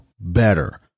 better